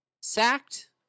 sacked